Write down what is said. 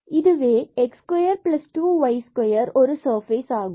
இதுவே x22y2ஒரு சர்ஃபேஸ் ஆகும்